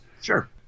Sure